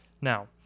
Now